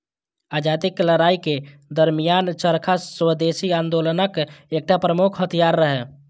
आजादीक लड़ाइ के दरमियान चरखा स्वदेशी आंदोलनक एकटा प्रमुख हथियार रहै